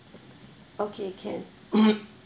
okay can